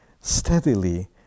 steadily